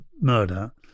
murder